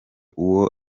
uwo